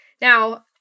Now